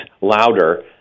louder